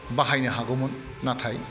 बाहायनो हागौमोन नाथाय